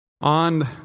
on